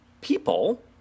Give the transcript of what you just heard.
people